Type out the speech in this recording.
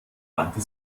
wandte